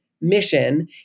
mission